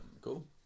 Cool